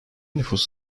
nüfus